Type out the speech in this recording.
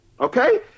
okay